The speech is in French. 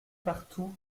partout